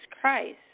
Christ